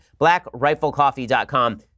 blackriflecoffee.com